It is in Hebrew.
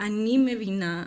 אני מבינה,